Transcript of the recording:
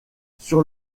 sur